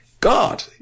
God